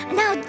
now